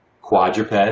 quadruped